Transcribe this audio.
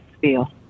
feel